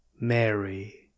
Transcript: Mary